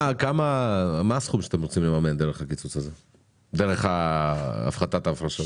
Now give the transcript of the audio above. הסכום שאתם רוצים לממן דרך הפחתת ההפרשות?